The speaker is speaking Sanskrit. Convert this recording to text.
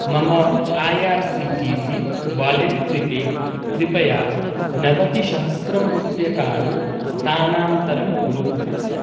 मम I R C T C wallet कृते कृपया नवतिसहस्रं रूप्यकाणि स्थानान्तरं कुरु